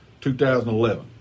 2011